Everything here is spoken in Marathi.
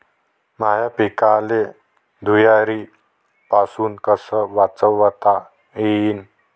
माह्या पिकाले धुयारीपासुन कस वाचवता येईन?